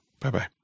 Bye-bye